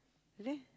there